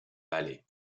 valley